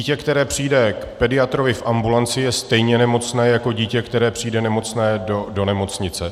Dítě, které přijde k pediatrovi v ambulanci, je stejně nemocné jako dítě, které přijde nemocné do nemocnice.